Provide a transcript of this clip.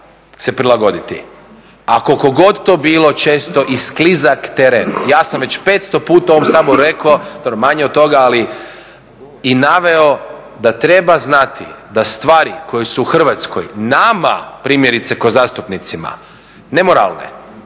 se prilagoditi. A koliko god to bilo često i sklizak teren ja sam već 500 puta u ovom Saboru rekao, dobro manje od toga, ali i naveo da treba znati da stvari koje su u Hrvatskoj nama primjerice kao zastupnicima nemoralne